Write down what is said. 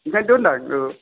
बेखायनोथ होनदां औ